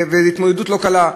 וזו התמודדות לא קלה,